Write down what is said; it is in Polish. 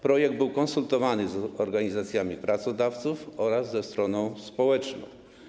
Projekt był konsultowany z organizacjami pracodawców oraz ze stroną społeczną.